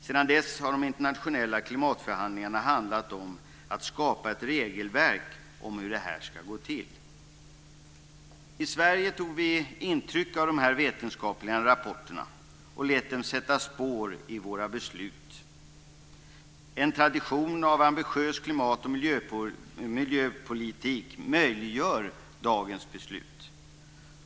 Sedan dess har de internationella klimatförhandlingarna handlat om att skapa ett regelverk om hur det ska gå till. I Sverige tog vi intryck av de vetenskapliga rapporterna och lät dem sätta spår i våra beslut. En tradition av ambitiös klimat och miljöpolitik möjliggör dagens beslut.